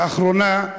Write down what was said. לאחרונה,